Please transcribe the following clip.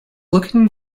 looking